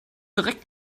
direkt